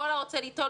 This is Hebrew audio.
כל הרוצה ליטול,